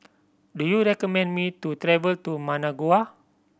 do you recommend me to travel to Managua